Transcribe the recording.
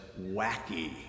wacky